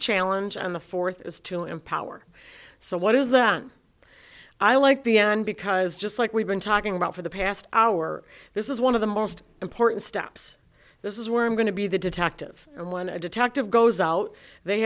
challenge and the fourth is to empower so what is that i like the end because just like we've been talking about for the past hour this is one of the most important stops this is where i'm going to be the detective and when a detective goes out they